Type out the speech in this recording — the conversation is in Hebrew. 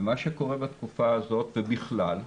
מה שקורה בתקופה הזאת ובכלל,